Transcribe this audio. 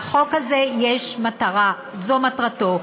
לחוק הזה יש מטרה, זו מטרתו.